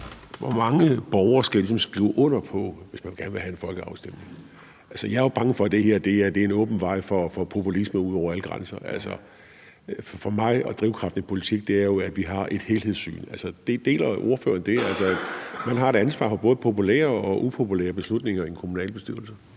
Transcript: Hvor mange borgere skal ligesom skrive under, hvis man gerne vil have en folkeafstemning? Jeg er jo bange for, at det her er en åben vej for populisme ud over alle grænser. For mig er drivkraften i politik jo, at vi har et helhedssyn. Deler ordføreren det, altså at man har et ansvar for både populære og upopulære beslutninger i en kommunalbestyrelse?